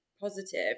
positive